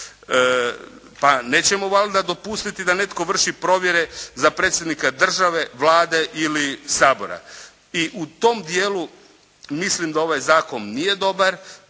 Pa, nećemo valjda dopustiti da netko vrši provjere za Predsjednika države, Vlade ili Sabora. I u tom dijelu mislim da ovaj zakon nije dobar,